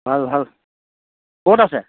ভাল ভাল ক'ত আছে